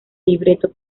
libreto